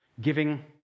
giving